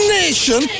nation